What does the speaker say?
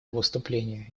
выступления